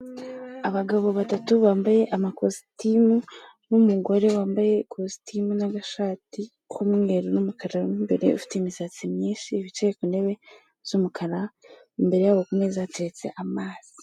Abagabo batatu bambaye amakositimu n'umugore wambaye kositimu n'agashati k'umweru n'umukara mu imbere ufite imisatsi myinshi, yicaye ku ntebe z'umukara imbere yabo kumeza hateretse amazi.